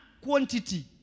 quantity